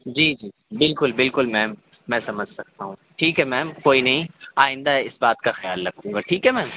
جی جی بالکل بالکل میم میں سمجھ سکتا ہوں ٹھیک ہے میم کوئی نہیں آئندہ اِس بات کا خیال رکھوں گا ٹھیک ہے میم